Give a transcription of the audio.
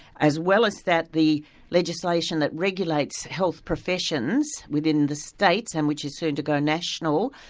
as well as that, the legislation that regulates health professions within the states and which is soon to go national,